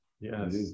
yes